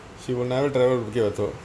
she will never travel bukit batok